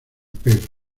pelo